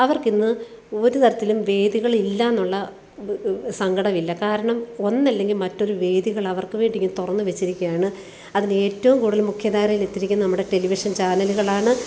അവർക്ക് ഇന്ന് ഒരു തരത്തിലും വേദികളില്ല എന്നുള്ള സങ്കടമില്ല കാരണം ഒന്നല്ലെങ്കിൽ മറ്റൊരു വേദികൾ അവർക്ക് വേണ്ടി ഇങ്ങനെ തുറന്ന് വച്ചിരിക്കുകയാണ് അതിലേറ്റവും കൂടുതൽ മുഖ്യധാരയിലെത്തിയിരിക്കുന്ന നമ്മുടെ ടെലിവിഷൻ ചാനലുകളാണ്